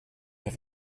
have